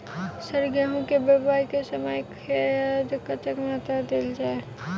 Sir गेंहूँ केँ बोवाई केँ समय केँ खाद कतेक मात्रा मे देल जाएँ?